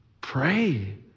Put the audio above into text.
pray